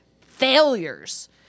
failures